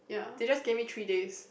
they just gave me three days